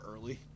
early